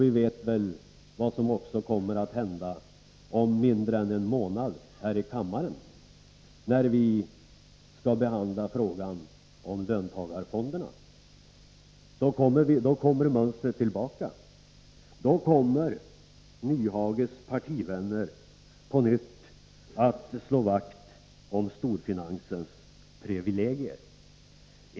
Vi vet väl också vad som kommer att hända om mindre än en månad här i kammaren, när frågan om löntagarfonderna skall behandlas. Då kommer mönstret tillbaka. Då kommer Hans Nyhages partivänner på nytt att slå vakt om storfinansens privilegier.